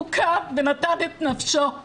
הוא קם ונתן את נפשו.